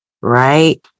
right